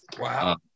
Wow